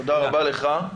תודה רבה לך.